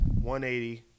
180